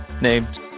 named